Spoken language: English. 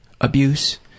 abuse